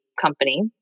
company